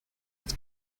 its